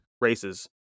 races